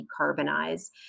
decarbonize